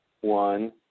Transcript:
one